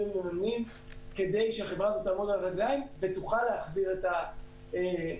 הממנים כדי שהחברה הזאת תעמוד על הרגליים ותוכל להחזיר את הכרטיסים.